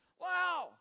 Wow